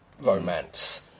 romance